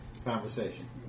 conversation